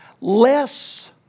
less